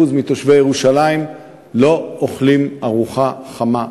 מתושבי ירושלים לא אוכלים ארוחה חמה ביום,